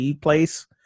place